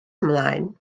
ymlaen